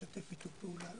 שיתוף הפעולה אתו הוא וולנטרי.